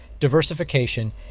diversification